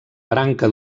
branca